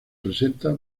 presenta